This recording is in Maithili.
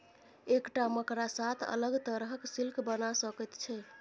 एकटा मकड़ा सात अलग तरहक सिल्क बना सकैत छै